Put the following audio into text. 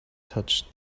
touched